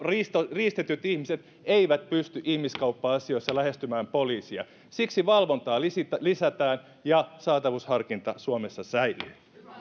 riistetyt ihmiset eivät pysty ihmiskauppa asioissa lähestymään poliisia siksi valvontaa lisätään lisätään ja saatavuusharkinta suomessa säilyy